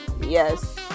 Yes